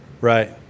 Right